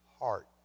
heart